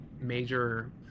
major